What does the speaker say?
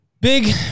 Big